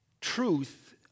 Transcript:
truth